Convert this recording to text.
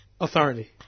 Authority